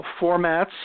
formats